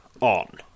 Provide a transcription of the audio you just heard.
on